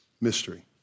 mystery